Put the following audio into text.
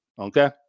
Okay